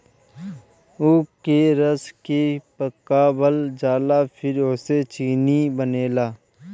ऊख के रस के पकावल जाला फिर ओसे चीनी बनेला